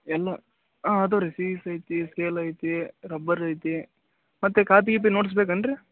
ಎಲ್ಲ ಹಾಂ ಅದಾವೆ ರೀ ಸೀಸ ಐತಿ ಸ್ಕೇಲ್ ಐತಿ ರಬ್ಬರ್ ಐತಿ ಮತ್ತು ಕಾಪಿ ಗಿಪಿ ನೋಡ್ಸ್ ಬೇಕೇನ್ರಿ